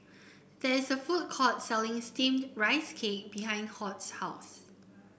there is a food court selling steamed Rice Cake behind Hoyt's house